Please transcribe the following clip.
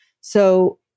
So-